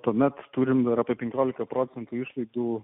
tuomet turime yra penkiolika procentų išlaidų